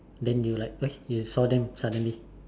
then you like why you saw them suddenly